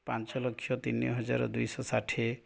ପାଞ୍ଚ ଲକ୍ଷ ତିନି ହଜାର ଦୁଇଶହ ଷାଠିଏ